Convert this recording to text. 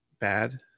bad